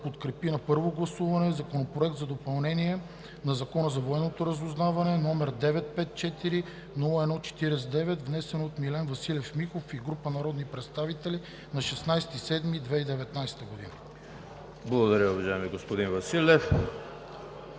подкрепи на първо гласуване Законопроект за допълнение на Закона за военното разузнаване, № 954-01-49, внесен от Милен Василев Михов и група народни представители на 16 юли 2019 г.“ ПРЕДСЕДАТЕЛ ЕМИЛ ХРИСТОВ: Благодаря, уважаеми господин Василев.